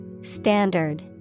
Standard